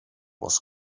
was